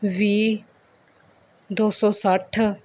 ਵੀਹ ਦੋ ਸੌ ਸੱਠ